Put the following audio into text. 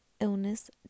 illness